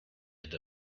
had